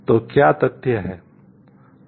तो क्या तथ्य हैं